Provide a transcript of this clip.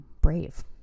brave